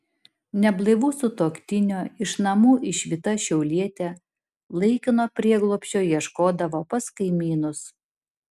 neblaivaus sutuoktinio iš namų išvyta šiaulietė laikino prieglobsčio ieškodavo pas kaimynus